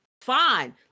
fine